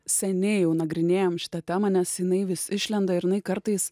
seniai jau nagrinėjam šitą temą nes jinai vis išlenda ir jinai kartais